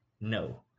no